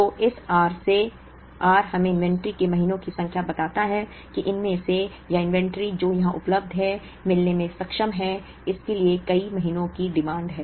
तो इस r से r हमें इनवेंटरी के महीनों की संख्या बताता है कि हम इनमें से या इनवेंटरी जो यहां उपलब्ध है मिलने में सक्षम है इसलिए कई महीनों की मांग है